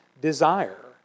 desire